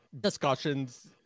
discussions